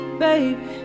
baby